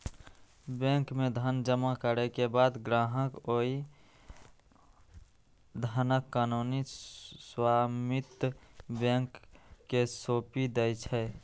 bank मे धन जमा करै के बाद ग्राहक ओइ धनक कानूनी स्वामित्व बैंक कें सौंपि दै छै